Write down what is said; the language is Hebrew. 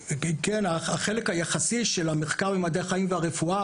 החלק היחסי של המחקר ממדעי החיים והרפואה